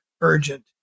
urgent